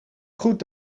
goed